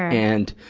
and,